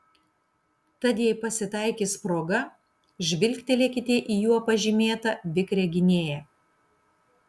tad jei pasitaikys proga žvilgtelėkite į juo pažymėtą vikrią gynėją